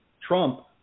Trump